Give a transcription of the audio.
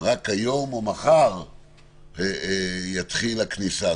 רק היום או מחר תתחיל הכניסה.